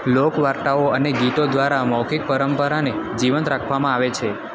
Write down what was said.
લોકવાર્તાઓ અને ગીતો દ્વારા મૌખિક પરંપરાને જીવંત રાખવામાં આવે છે